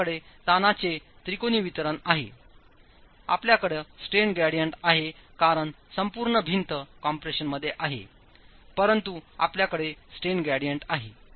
आपल्याकडे ताणांचे त्रिकोणी वितरण आहे आपल्याकडेस्ट्रेन ग्रेडियंट आहे कारण संपूर्ण भिंत कम्प्रेशनमध्ये आहे परंतु आपल्याकडे स्ट्रेन ग्रेडियंट आहे